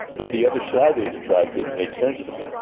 but the other side of the tribe didn't make sense to me.